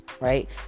Right